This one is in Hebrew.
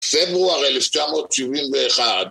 פברואר 1971